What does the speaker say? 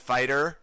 Fighter